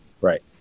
Right